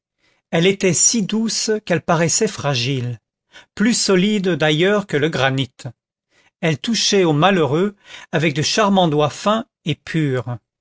elle était si douce qu'elle paraissait fragile plus solide d'ailleurs que le granit elle touchait aux malheureux avec de charmants doigts fins et purs